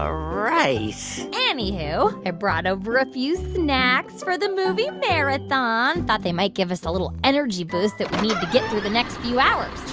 ah right anywho, i brought over a few snacks for the movie marathon thought they might give us the little energy boost that we need to get through the next few hours.